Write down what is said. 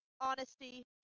honesty